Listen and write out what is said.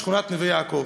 בשכונת נווה-יעקב,